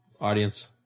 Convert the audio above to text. audience